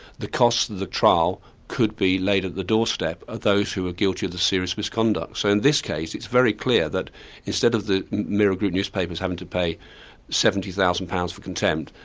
the costs of the trial could be laid at the doorstep of those who were guilty of the serious misconduct. so in this case, it's very clear that instead of the mirror group newspapers having to pay seventy thousand pounds for contempt,